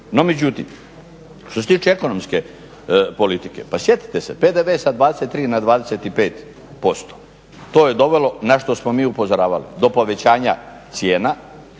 No međutim, što se tiče ekonomske politike, pa sjetite se PDV sa 23 na 25%, to je dovelo na što smo mi upozoravali, do povećanja cijena,